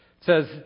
says